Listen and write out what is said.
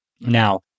Now